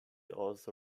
also